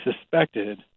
suspected